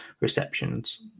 receptions